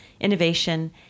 innovation